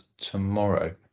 tomorrow